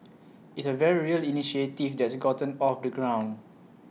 it's A very real initiative that's gotten off the ground